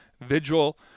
vigil